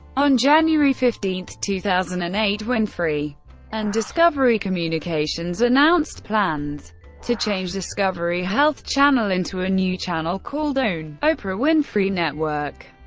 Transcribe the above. on january fifteen, two thousand and eight, winfrey and discovery communications announced plans to change discovery health channel into a new channel called own oprah winfrey network.